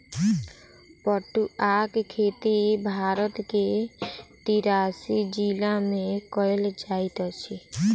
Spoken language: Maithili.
पटुआक खेती भारत के तिरासी जिला में कयल जाइत अछि